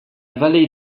vallée